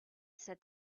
said